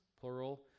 plural